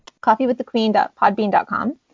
coffeewiththequeen.podbean.com